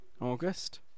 August